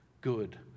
good